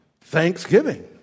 thanksgiving